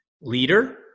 leader